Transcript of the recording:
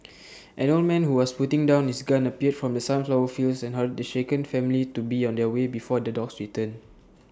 an old man who was putting down his gun appeared from the sunflower fields and hurried the shaken family to be on their way before the dogs return